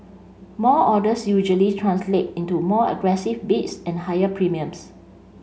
more orders usually translate into more aggressive bids and higher premiums